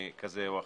כזה או אחר.